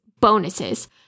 bonuses